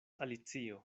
alicio